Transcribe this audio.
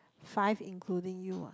five including you ah